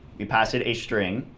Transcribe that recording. you pass it a string,